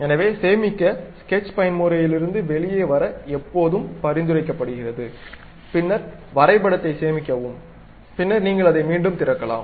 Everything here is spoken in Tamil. எனவே சேமிக்க ஸ்கெட்ச் பயன்முறையிலிருந்து வெளியே வர எப்போதும் பரிந்துரைக்கப்படுகிறது பின்னர் வரைபடத்தை சேமிக்கவும் பின்னர் நீங்கள் அதை மீண்டும் திறக்கலாம்